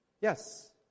Yes